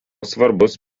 svarbus